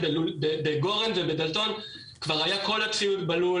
בגורן ובדלתון כבר היה כל הציוד בלול,